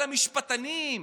על המשפטנים?